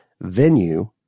Venue